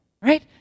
right